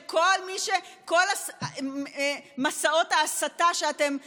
של כל מי כל מסעות ההסתה שאתם מנהלים,